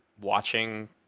watching